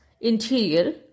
interior